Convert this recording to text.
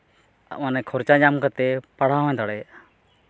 ᱢᱟᱱᱮ ᱠᱷᱚᱨᱪᱟ ᱧᱟᱢ ᱠᱟᱛᱮᱫ ᱯᱟᱲᱦᱟᱣ ᱦᱚᱭ ᱫᱟᱲᱮᱭᱟᱜᱼᱟ